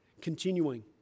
Continuing